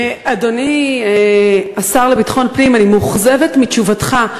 אדוני השר לביטחון פנים, אני מאוכזבת מתשובתך.